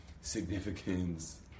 significance